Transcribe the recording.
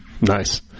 nice